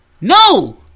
no